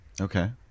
Okay